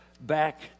back